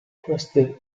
queste